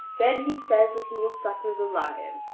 then he says that he will succour the lion,